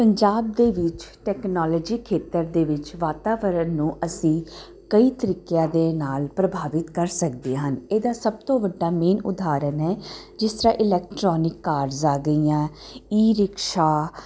ਪੰਜਾਬ ਦੇ ਵਿੱਚ ਟੈਕਨੋਲੋਜੀ ਖੇਤਰ ਦੇ ਵਿੱਚ ਵਾਤਾਵਰਨ ਨੂੰ ਅਸੀਂ ਕਈ ਤਰੀਕਿਆਂ ਦੇ ਨਾਲ ਪ੍ਰਭਾਵਿਤ ਕਰ ਸਕਦੇ ਹਾਂ ਇਹਦਾ ਸਭ ਤੋਂ ਵੱਡਾ ਮੇਨ ਉਦਾਹਰਨ ਹੈ ਜਿਸ ਤਰ੍ਹਾਂ ਇਲੈਕਟਰੋਨਿਕ ਕਾਰਸ ਆ ਗਈਆਂ ਈ ਰਿਕਸ਼ਾ